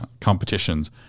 competitions